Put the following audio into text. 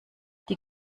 die